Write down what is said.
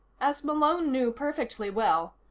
as malone knew perfectly well,